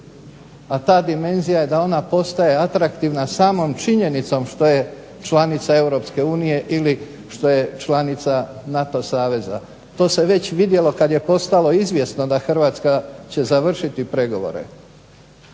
a ta dimenzija je da ona postaje atraktivna samom činjenicom što je članica Europske unije ili članica NATO Saveza. To se već vidjelo kada je postalo izvjesno da Hrvatska će završiti pregovore.